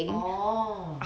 oh